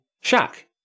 shack